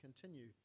continue